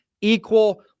equal